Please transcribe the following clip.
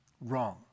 wrong